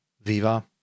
Viva